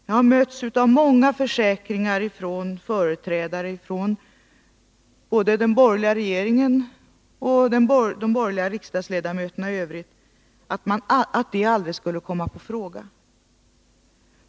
Jag har mötts av många försäkringar från företrädare för den 13 att minska arbetslösheten borgerliga regeringen och från borgerliga riksdagsledamöter om att det aldrig skulle komma i fråga.